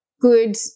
good